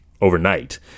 overnight